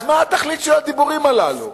אז מה התכלית של הדיבורים האלו?